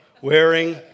wearing